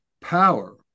power